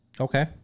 Okay